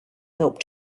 help